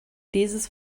dieses